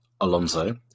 Alonso